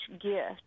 gift